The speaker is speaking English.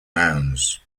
mounds